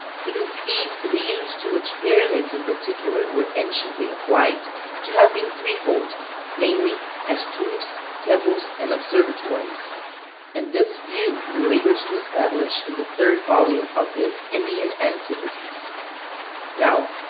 he conceived the use to which pyramids in particular were anciently applied to have been threefold namely, as tombs, temples, and observatories and this view he labors to establish in the third volume of his indian antiquities now,